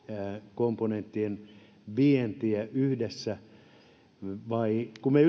komponenttien vientiä yhdessä kun me